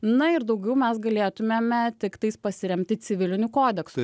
na ir daugiau mes galėtumėme tiktais pasiremti civiliniu kodeksu